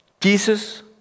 Jesus